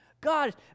God